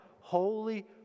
holy